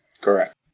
Correct